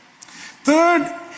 third